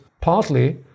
partly